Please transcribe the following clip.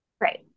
Right